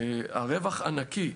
שהרווח הנקי,